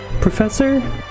Professor